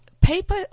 paper